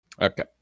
Okay